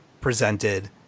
presented